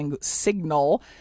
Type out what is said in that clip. signal